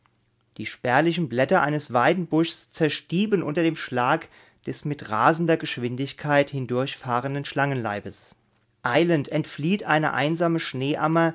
die spärlichen blätter eines weidenbuschs zerstieben unter dem schlag des mit rasender geschwindigkeit hindurchfahrenden schlangenleibes eilend entflieht eine einsame